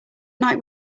night